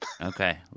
Okay